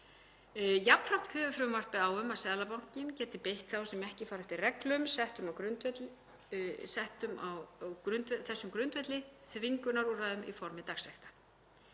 Jafnframt kveður frumvarpið á um að Seðlabankinn geti beitt þá sem ekki fara eftir reglum settum á þessum grundvelli þvingunarúrræði í formi dagsekta.